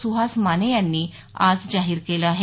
सुहास माने यांनी आज जाहीर केलं आहे